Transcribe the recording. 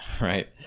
right